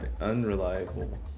unreliable